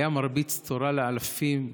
היה מרביץ תורה לאלפים,